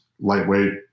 lightweight